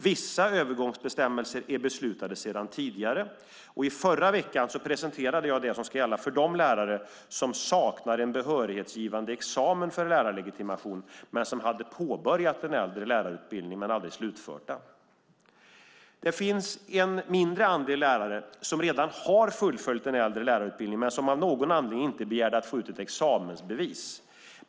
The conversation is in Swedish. Vissa övergångsbestämmelser är beslutade sedan tidigare, och förra veckan presenterade jag det som ska gälla för de lärare som saknar en behörighetsgivande examen för lärarlegitimation och som påbörjat en äldre lärarutbildning men aldrig slutfört den. Det finns en mindre andel lärare som redan har fullföljt en äldre lärarutbildning men som av någon anledning inte har begärt att få ett examensbevis.